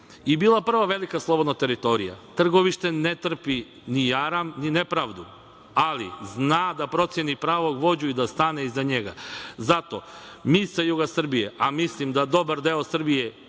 i bilo je prva velika slobodna teritorija. Trgovište ne trpi ni jaram ni nepravdu, ali zna da proceni pravog vođu i da stane iza njega. Zato mi sa juga Srbije, a mislim da dobar deo Srbije